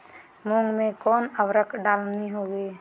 मूंग में कौन उर्वरक डालनी होगी?